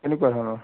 কেনেকুৱা ধৰণৰ